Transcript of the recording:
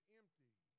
empty